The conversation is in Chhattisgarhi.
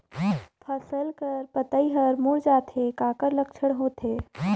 फसल कर पतइ हर मुड़ जाथे काकर लक्षण होथे?